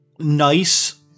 Nice